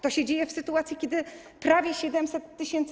To się dzieje w sytuacji, kiedy prawie 700 tys.